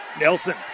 Nelson